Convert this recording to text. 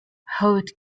howard